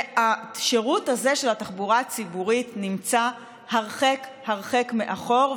והשירות הזה של התחבורה הציבורית נמצא הרחק הרחק מאחור,